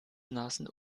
nasen